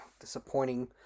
disappointing